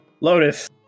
lotus